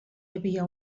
havia